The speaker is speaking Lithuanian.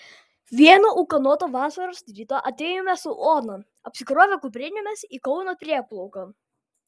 vieną ūkanotą vasaros rytą atėjome su ona apsikrovę kuprinėmis į kauno prieplauką